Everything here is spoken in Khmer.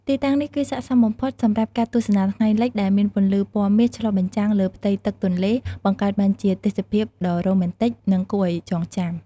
ទីតាំងនេះគឺស័ក្តិសមបំផុតសម្រាប់ការទស្សនាថ្ងៃលិច ដែលមានពន្លឺពណ៌មាសឆ្លុះបញ្ចាំងលើផ្ទៃទឹកទន្លេ បង្កើតបានជាទេសភាពដ៏រ៉ូមែនទិក និងគួរឱ្យចងចាំ។